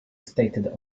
stated